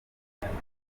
akunda